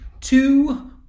two